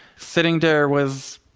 sitting there was,